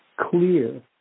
clear